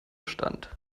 stand